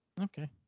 Okay